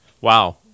wow